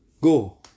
go